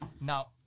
Now